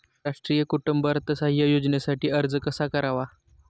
राष्ट्रीय कुटुंब अर्थसहाय्य योजनेसाठी अर्ज कसा करावा?